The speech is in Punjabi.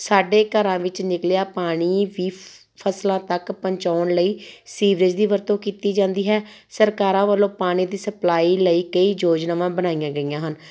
ਸਾਡੇ ਘਰਾਂ ਵਿੱਚ ਨਿਕਲਿਆ ਪਾਣੀ ਵੀ ਫਸਲਾਂ ਤੱਕ ਪਹੁੰਚਾਉਣ ਲਈ ਸੀਵਰੇਜ ਦੀ ਵਰਤੋਂ ਕੀਤੀ ਜਾਂਦੀ ਹੈ ਸਰਕਾਰਾਂ ਵੱਲੋਂ ਪਾਣੀ ਦੀ ਸਪਲਾਈ ਲਈ ਕਈ ਯੋਜਨਾਵਾਂ ਬਣਾਈਆਂ ਗਈਆਂ ਹਨ